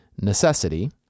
necessity